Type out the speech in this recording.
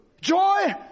Joy